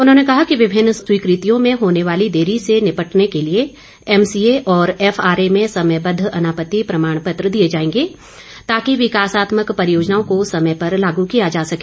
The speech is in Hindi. उन्होंने कहा कि विभिन्न स्वीकृतियों में होने वाली देरी से निपटने के लिए एमसीए और एफआरए में समयबद्ध अनापत्ति प्रमाण पत्र दिए जाएंगे ताकि विकासात्मक परियोजनाओं को समय पर लागू किया जा सके